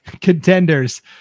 contenders